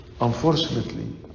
unfortunately